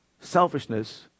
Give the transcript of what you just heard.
Selfishness